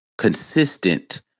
Consistent